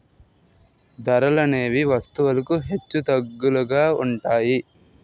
ధరలనేవి వస్తువులకు హెచ్చుతగ్గులుగా ఉంటాయి